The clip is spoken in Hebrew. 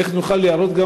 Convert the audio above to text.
איך נוכל להראות גם